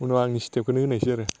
उनाव आंनि स्टेपखौनो होनायसै आरो